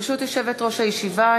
ברשות יושבת-ראש הישיבה,